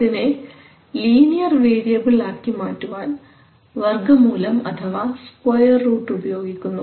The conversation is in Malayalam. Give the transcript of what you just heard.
അതിനെ ലീനിയർ വേരിയബിൾ ആക്കി മാറ്റുവാൻ വർഗ്ഗമൂലം അഥവാ സ്ക്വയർറൂട്ട് ഉപയോഗിക്കുന്നു